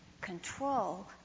control